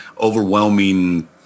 overwhelming